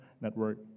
Network